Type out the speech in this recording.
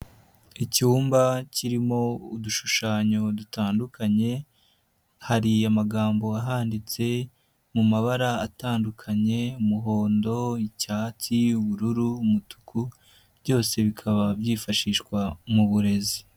Icyumba kirimo udushushanyo dutandukanye hari amagambo ahanditse mu mabara atandukanye umuhondo, icyatsi, ubururu, umutuku byose bikaba byifashishwa mu burezi.